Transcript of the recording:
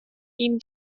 ihm